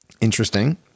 Interesting